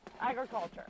Agriculture